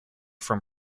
from